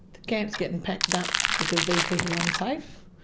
the camp's getting packed up because these people are unsafe,